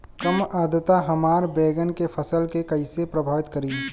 कम आद्रता हमार बैगन के फसल के कइसे प्रभावित करी?